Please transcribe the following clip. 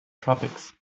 tropics